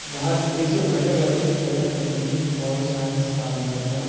یہاں دلی سے ابھرنے والی کچھ اہم تکنیک اور سائنس کامیابیاں